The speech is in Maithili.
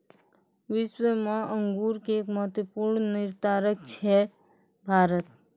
विश्व मॅ अंगूर के एक महत्वपूर्ण निर्यातक छै भारत